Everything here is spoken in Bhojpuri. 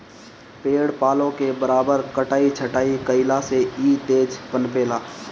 पेड़ पालो के बराबर कटाई छटाई कईला से इ तेज पनपे ला